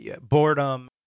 boredom